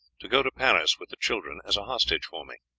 to go to paris with the children as a hostage for me.